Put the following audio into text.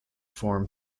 form